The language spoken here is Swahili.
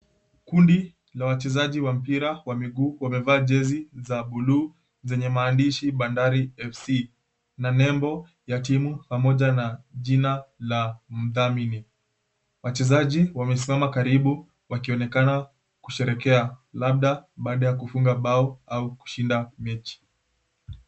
Kundi la wachezaji wa mpira wa miguu wamevaa jezi za buluu zenye maandishi Bandari FC na nembo ya timu pamoja na jina la mdhamini. Wachezaji wamesimama karibu wakionekana kusherekea labda baada ya kufunga bao au kushinda mechi.